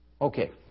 Okay